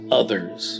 others